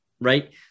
right